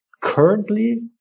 currently